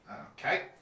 Okay